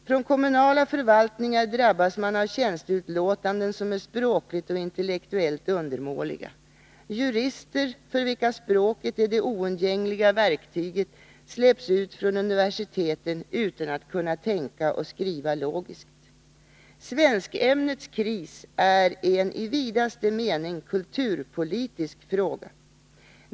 Från kommunala förvaltningar drabbas man av tjänsteutlåtanden som är språkligt och intellektuellt undermåliga. Jurister, för vilka språket är det oundgängliga verktyget, släpps ut från universiteten utan att kunna tänka och skriva logiskt. Svenskämnets kris är en i vidaste mening kulturpolitisk fråga.